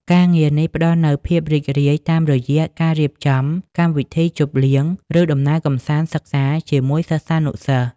ការងារនេះផ្តល់នូវភាពរីករាយតាមរយៈការរៀបចំកម្មវិធីជប់លៀង ឬដំណើរកម្សាន្តសិក្សាជាមួយសិស្សានុសិស្ស។